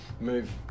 move